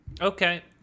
Okay